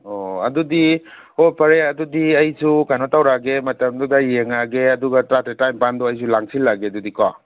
ꯑꯣ ꯑꯗꯨꯗꯤ ꯍꯣ ꯐꯔꯦ ꯑꯗꯨꯗꯤ ꯑꯩꯖꯨ ꯀꯩꯅꯣ ꯇꯧꯔꯛꯑꯒꯦ ꯃꯇꯝꯗꯨꯗ ꯌꯦꯡꯉꯛꯑꯒꯦ ꯑꯗꯨꯒ ꯇ꯭ꯔꯥꯇ꯭ꯔꯦꯠ ꯇ꯭ꯔꯥꯏꯝꯄꯥꯟꯗꯣ ꯑꯩꯖꯨ ꯂꯥꯡꯁꯤꯜꯂꯒꯦ ꯑꯗꯨꯗꯤꯀꯣ